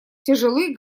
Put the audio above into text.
тяжелы